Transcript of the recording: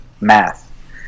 math